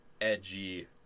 edgy